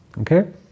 Okay